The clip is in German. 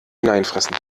hineinfressen